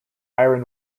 iron